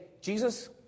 Jesus